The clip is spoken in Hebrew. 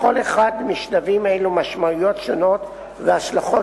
לכל אחד משלבים אלו משמעויות שונות והשלכות